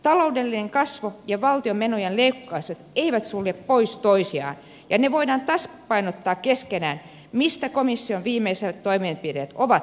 taloudellinen kasvu ja valtion menojen leikkaukset eivät sulje pois toisiaan ja ne voidaan tasapainottaa keskenään mistä komission viimeisimmät toimenpiteet ovat todisteena